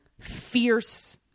fierce